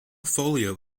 folio